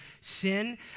sin